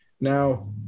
Now